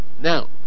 now